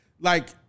Like-